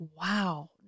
Wow